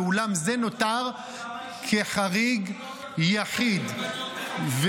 ואולם זה נותר כחריג יחיד -- גם הישיבות